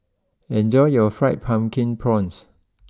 enjoy your Fried Pumpkin Prawns